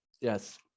Yes